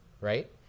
right